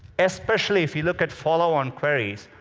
especially if you look at follow-on queries,